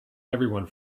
everyone